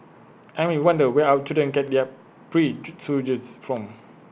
and we wonder where our children get their from